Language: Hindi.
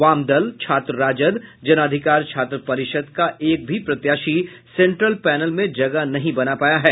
वाम दल छात्र राजद जनाधिकार छात्र परिषद का एक भी प्रत्याशी सेंट्रल पैनल में जगह नहीं बना पाया है